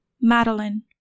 Madeline